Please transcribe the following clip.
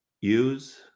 use